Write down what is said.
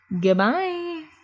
Goodbye